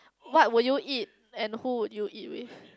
what would you eat and who would you eat with